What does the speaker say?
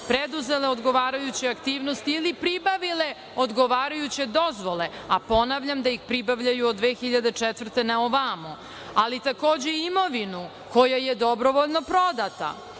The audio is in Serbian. preduzele odgovarajuće aktivnosti ili pribavile odgovarajuće dozvole, a ponavljam da ih pribavljaju od 2004. godine na ovamo, ali takođe i imovinu koja je dobrovoljno prodata